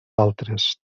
altres